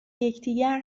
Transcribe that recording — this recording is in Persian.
یکدیگر